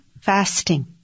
fasting